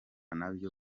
nabyo